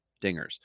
dingers